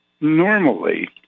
normally